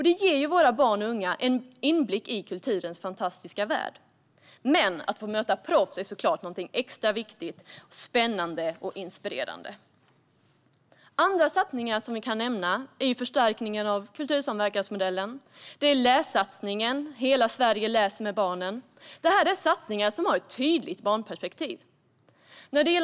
Det ger våra barn och unga en inblick i kulturens fantastiska värld. Men att få möta proffs är såklart något extra viktigt, spännande och inspirerande. Andra satsningar som vi kan nämna är förstärkningen av kultursamverkansmodellen och lässatsningen Hela Sverige läser med barnen. Det är satsningar med ett tydligt barnperspektiv.